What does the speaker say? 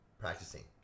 practicing